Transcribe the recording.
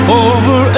over